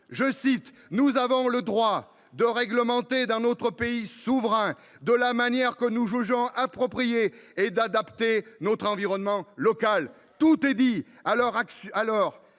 le disent :« Nous avons le droit de réglementer dans notre pays souverain de la manière que nous jugeons appropriée et adaptée à notre environnement local. »